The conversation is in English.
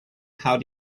how